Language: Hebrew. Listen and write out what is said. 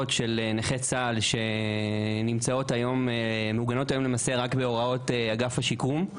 של נכי צה"ל שמעוגנות היום רק בהוראות אגף השיקום.